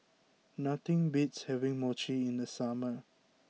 nothing beats having Mochi in the summer